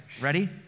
Ready